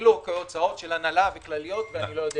כאילו הוצאות של הנהלה וכלליות וכו'.